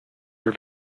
are